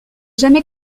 jamais